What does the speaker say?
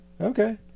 Okay